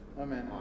Amen